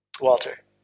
Walter